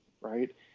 right